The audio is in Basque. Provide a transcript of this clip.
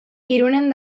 irunen